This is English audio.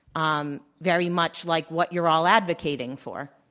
um very much like what you're all advocating for.